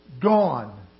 gone